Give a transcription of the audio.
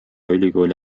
ülikooli